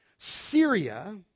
Syria